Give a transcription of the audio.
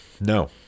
no